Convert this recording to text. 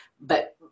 but-